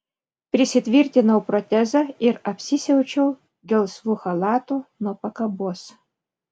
prisitvirtinau protezą ir apsisiaučiau gelsvu chalatu nuo pakabos